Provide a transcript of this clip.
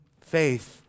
faith